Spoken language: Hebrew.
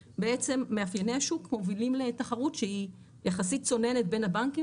מאפייני השוק מובילים לתחרות שהיא יחסית צוננת בין הבנקים